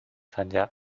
参加